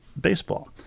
baseball